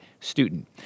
student